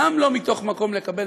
גם לא מתוך מקום לקבל,